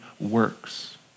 works